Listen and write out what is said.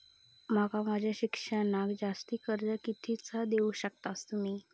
माका माझा शिक्षणाक जास्ती कर्ज कितीचा देऊ शकतास तुम्ही?